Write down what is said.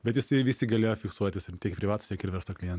bet jisai visi galėjo fiksuotis ir tiek privatūs ir verslo klientai